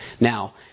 Now